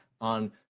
on